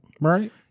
Right